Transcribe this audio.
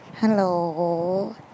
Hello